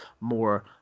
more –